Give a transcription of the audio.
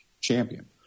champion